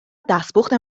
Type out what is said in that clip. دستپخت